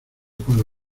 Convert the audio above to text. puedo